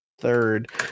Third